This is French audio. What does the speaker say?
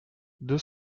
deux